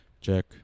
Check